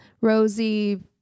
Rosie